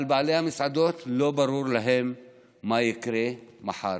אבל לבעלי המסעדות לא ברור מה יקרה מחר,